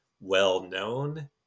well-known